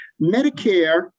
Medicare